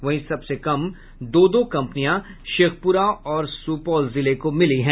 वहीं सबसे कम दो दो कंपनी शेखपुरा और सुपौल जिले को मिली है